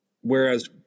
Whereas